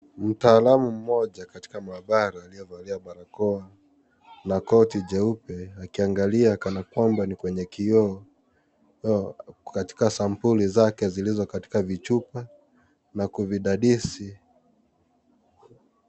Mtaalamu mmoja katika maabara aliyevalia barakoa na koti jeupe akiangalia kana kwamba ni kwenye kioo katika sampuli zake zilizo katika vichupa.